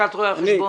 החשבון.